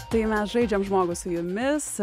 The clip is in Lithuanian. štai mes žaidžiam žmogų su jumis